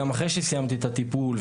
גם אחרי שסיימתי את הטיפול,